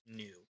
new